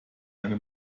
eine